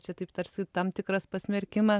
čia taip tarsi tam tikras pasmerkimas